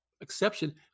exception